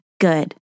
good